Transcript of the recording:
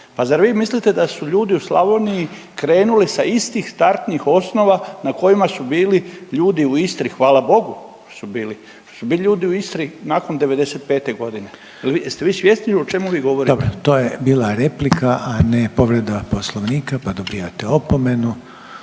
Pa zar vi mislite da su ljudi u Slavoniji krenuli sa istih startnih osnova na kojima su bili ljudi u Istri, hvala Bogu da su bili, da su bili ljudi u Istri nakon '95.g., jeste vi svjesni o čemu vi govorite? **Reiner, Željko (HDZ)** Dobro, to je bila replika, a ne povreda poslovnika, pa dobijate opomenu.